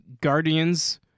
Guardians